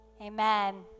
Amen